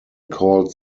called